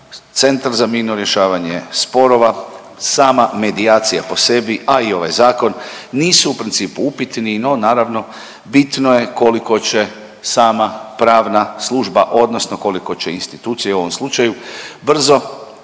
Centar za mirno rješavanje sporova, sama medijacija po sebi, a i ovaj zakon nisu u principu upitni, no naravno bitno je koliko će sama pravna služba odnosno koliko će institucije u ovom slučaju brzo,